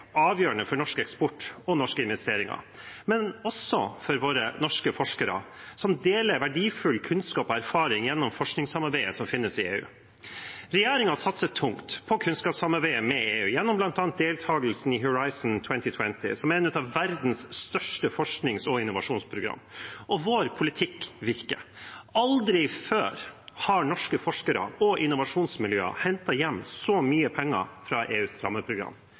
avgjørende for norsk eksport og norske investeringer, men også for våre norske forskere, som deler verdifull kunnskap og erfaring gjennom forskningssamarbeidet som finnes i EU. Regjeringen satser tungt på kunnskapssamarbeidet med EU gjennom bl.a. deltagelsen i Horizon 2020, som er et av verdens største forsknings- og innovasjonsprogram, og vår politikk virker. Aldri før har norske forskere og innovasjonsmiljøer hentet hjem så mye penger fra EUs rammeprogram.